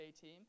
team